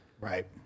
Right